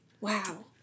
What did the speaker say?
Wow